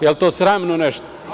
Jel to sramno nešto?